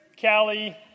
Callie